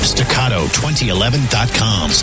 Staccato2011.com